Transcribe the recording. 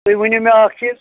تُہۍ ؤنو مےٚ اَکھ چیٖز